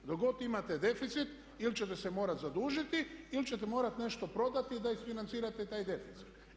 Dok god imate deficit ili ćete se morati zadužiti ili ćete morati nešto prodati da isfinancirate taj deficit.